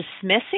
dismissing